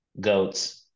goats